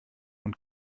und